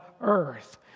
earth